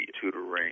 tutoring